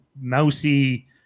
mousy